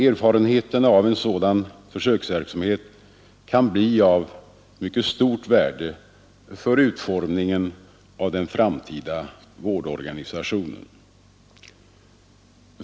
Erfarenheterna av sådan försöksverksamhet kan bli av mycket stort värde för utformningen av den framtida vårdorganisationen.